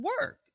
work